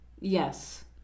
Yes